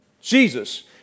Jesus